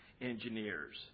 engineers